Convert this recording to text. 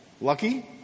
Lucky